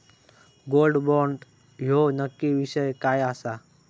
Gold bond ह्यो नक्की विषय काय आसा?